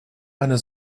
eine